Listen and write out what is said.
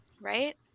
Right